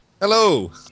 Hello